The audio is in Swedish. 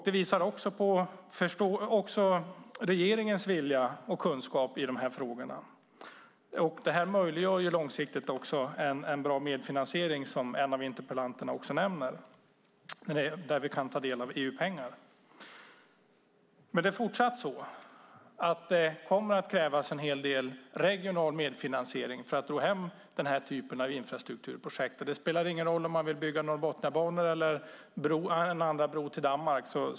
Det visar också regeringens vilja och kunskap i de här frågorna och möjliggör långsiktigt en bra medfinansiering där vi kan ta del av EU-pengar, vilket en av interpellanterna också nämner. Det är dock fortsatt så att det kommer att krävas en hel del regional medfinansiering för att ro hem den här typen av infrastrukturprojekt. Det spelar ingen roll om man vill bygga Norrbotniabanan eller en andra bro till Danmark.